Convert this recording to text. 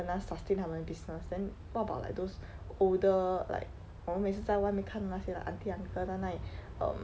很难 sustain 他们 business then what about like those older like 我们每次在外面看到那些 aunty uncle 在那里 um